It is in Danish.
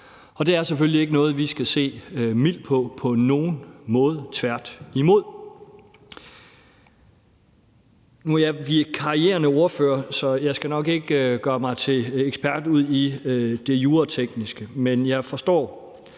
Og det er selvfølgelig ikke noget, vi på nogen måde skal se mildt på, tværtimod. Nu er jeg vikarierende ordfører, så jeg skal nok ikke gøre mig til ekspert udi det juratekniske. Men jeg forstår,